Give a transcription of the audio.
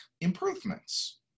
improvements